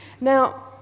Now